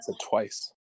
twice